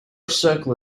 circle